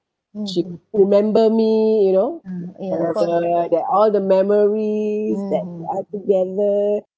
she remember me you know that all the memories that we all together